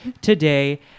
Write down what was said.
today